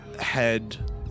head